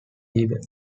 either